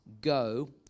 go